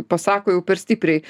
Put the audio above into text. pasako jau per stipriai